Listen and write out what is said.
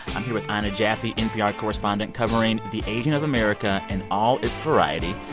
i'm here with ina jaffe, npr correspondent covering the aging of america in all its variety.